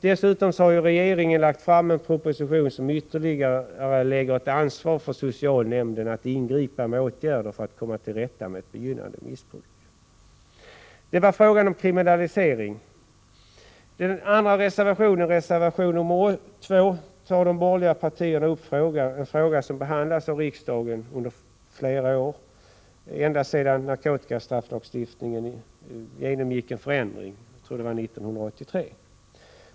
Dessutom har regeringen lagt fram en proposition, som lägger ett ansvar på socialnämnden att ingripa med åtgärder för att man skall kunna komma till rätta med ett begynnande missbruk. I reservation 2 tar de borgerliga partierna upp en fråga som har behandlats av riksdagen under flera år, ända sedan narkotikastrafflagstiftningen ändrades. Jag tror det var 1983.